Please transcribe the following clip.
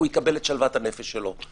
הוא יקבל את שלוות הנפש שלו.